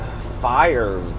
fire